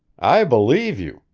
i believe you!